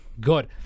good